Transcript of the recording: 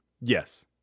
Yes